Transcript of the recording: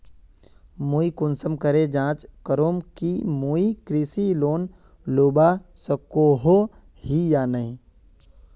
मुई कुंसम करे जाँच करूम की मुई कृषि लोन लुबा सकोहो ही या नी?